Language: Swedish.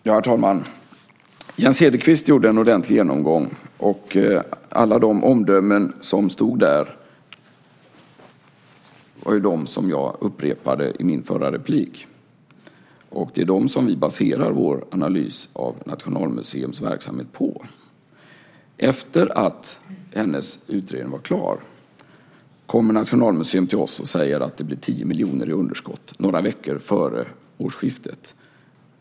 Herr talman! Jane Cederqvist gjorde en ordentlig genomgång. Alla de omdömen som stod där var dem som jag upprepade i mitt förra inlägg. Det är dem som vi baserar vår analys av Nationalmuseums verksamhet på. Efter det att hennes utredning var klar kom Nationalmuseum till oss och sade att det blev 10 miljoner i underskott, några veckor före årsskiftet.